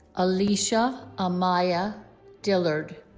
alisha amaya dillard